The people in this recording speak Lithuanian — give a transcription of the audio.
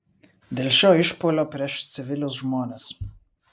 dėl šio išpuolio prieš civilius žmones